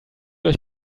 euch